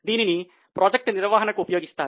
దీనిని ప్రాజెక్టు నిర్వహణకు ఉపయోగిస్తారు